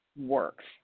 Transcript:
works